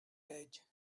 edge